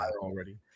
already